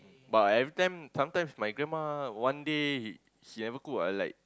but every time sometimes my grandma one day she never cook I like